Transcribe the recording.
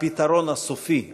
הפתרון הסופי הבזויה.